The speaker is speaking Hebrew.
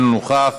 איננו נוכח,